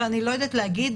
אני לא יודעת להגיד.